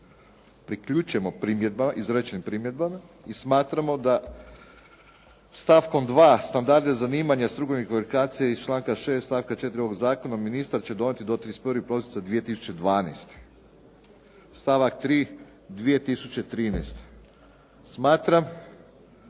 priključujemo izrečenim primjedbama i smatramo da stavkom 2. standarde zanimanja strukovnih …/Govornik se ne razumije./… iz članka 6. stavka 4. ovog zakona ministar će donijeti do 31. prosinca 2012., stavak 3. 2013. Smatram